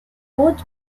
both